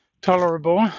tolerable